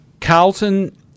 Carlton